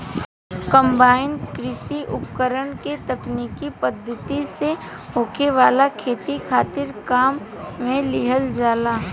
combine कृषि उपकरण के तकनीकी पद्धति से होखे वाला खेती खातिर काम में लिहल जाला